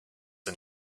and